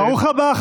ברוך הבא,